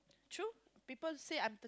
true people say I'm